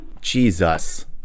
Jesus